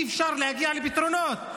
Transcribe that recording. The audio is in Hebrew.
אי-אפשר להגיע לפתרונות.